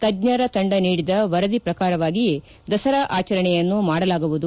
ತಜ್ಞರ ತಂಡ ನೀಡಿದ ವರದಿ ಪ್ರಕಾರವಾಗಿಯೇ ದಸರಾ ಆಚರಣೆಯನ್ನು ಮಾಡಲಾಗುವುದು